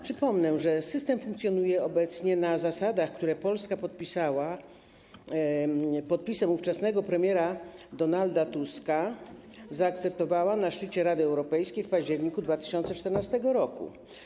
Przypomnę, że system funkcjonuje obecnie na zasadach, które Polska podpisem ówczesnego premiera Donalda Tuska zaakceptowała na szczycie Rady Europejskiej w październiku 2014 r.